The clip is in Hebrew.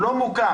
לא מוקם,